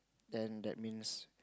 then that means